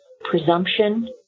presumption